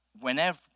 Whenever